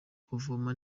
kuvoma